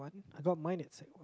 I got mine at sec